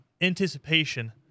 anticipation